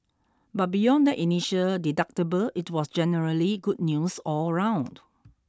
but beyond that initial deductible it was generally good news all round